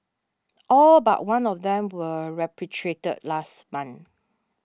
all but one of them were repatriated last month